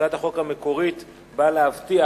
הצעת החוק המקורית באה להבטיח